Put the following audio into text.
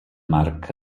marc